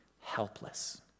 helpless